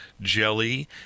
jelly